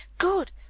good!